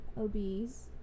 obese